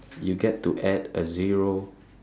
you get to add a zero